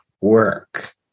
work